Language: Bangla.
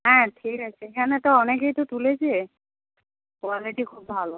হ্যাঁ ঠিক আছে এখানে তো অনেকেই তো তুলেছে কোয়ালিটি খুব ভালো